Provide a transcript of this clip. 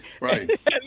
Right